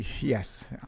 Yes